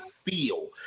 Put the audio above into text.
feel